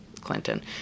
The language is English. Clinton